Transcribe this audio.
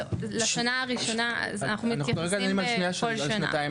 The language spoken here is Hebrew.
אנחנו מתייחסים לכל שנה.